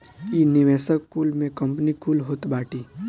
इ निवेशक कुल में कंपनी कुल होत बाटी